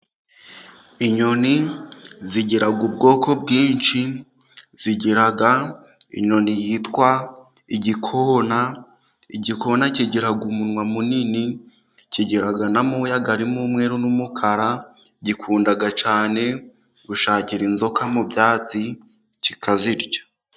Inyoni zigira ubwoko bwinshi, zigira inyoni yitwa igikona, igikona kigira umunwa munini, kigira na amoya arimo umweru n'umukara gikunda cyane gushakira inzoka mu byatsi kikazirya.